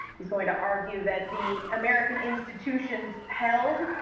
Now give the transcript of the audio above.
he's going to argue that the american institutions held,